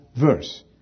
verse